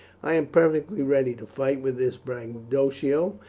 i am perfectly ready to fight with this braggadocio,